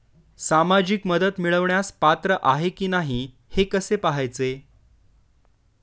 सामाजिक मदत मिळवण्यास पात्र आहे की नाही हे कसे पाहायचे?